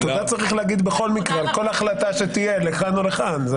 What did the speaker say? התודה צריך להגיד בכל מקרה על כל החלטה שתהיה לכאן או לכאן.